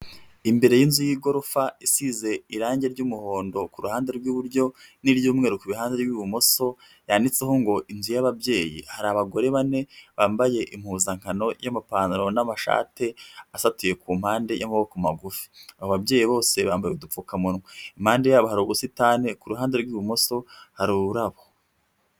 Imbere y'inzu y'igorofa isize irangi ry'umuhondo ku ruhande rw'iburyo n'ibyumweru ku ihande rw'ibumoso yanditseho ngo inzu y'ababyeyi hari abagore bane bambaye impuzankano y'amapantaro n'amashati afatiwe ku mpande y'amaboko magufi aba babyeyi bose bambaye udupfukamunwa impande yabo hari ubusitani kuruhande rw'ibumoso hari ururabo.